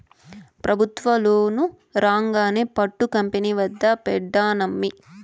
పెబుత్వ లోను రాంగానే పట్టు కంపెనీ పెద్ద పెడ్తానమ్మీ